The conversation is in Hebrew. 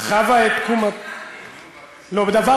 המעשה